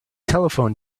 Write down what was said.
telephone